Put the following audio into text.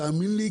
תאמין לי,